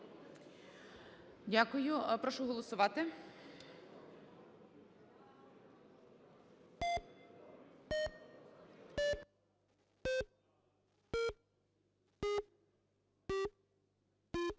Дякую. Прошу голосувати.